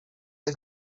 des